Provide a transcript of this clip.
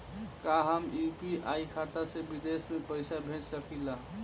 का हम यू.पी.आई खाता से विदेश में पइसा भेज सकिला?